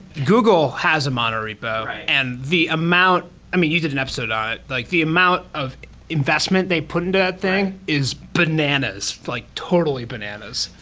google has a mono repo and the amount i mean, you did an episode on ah it. like the amount of investment they put into that thing is bananas, like totally bananas.